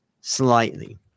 slightly